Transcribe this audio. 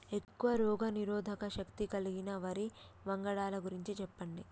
ఎక్కువ రోగనిరోధక శక్తి కలిగిన వరి వంగడాల గురించి చెప్పండి?